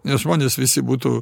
nes žmonės visi būtų